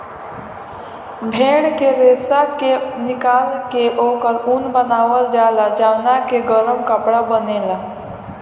भेड़ के रेशा के निकाल के ओकर ऊन बनावल जाला जवना के गरम कपड़ा बनेला